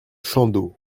chandos